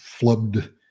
flubbed